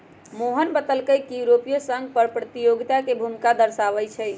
मोहन बतलकई कि यूरोपीय संघो कर प्रतियोगिता के भूमिका दर्शावाई छई